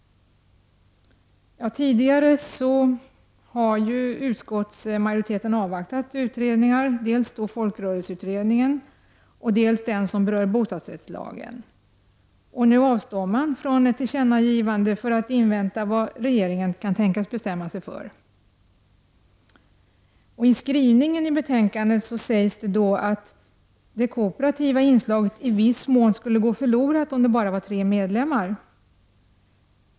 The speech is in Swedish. Tidigare har utskottsmajoriteten avvaktat utredningar, dels folkrörelseutredningen, dels den utredning som berör bostadsrättslagen. Nu avstår man från ett tillkännagivande för att invänta vad regeringen kan tänkas bestämma sig för. I skrivningen i betänkandet sägs att det kooperativa inslaget i viss mån skulle gå förlorat om det bara var tre medlemmar.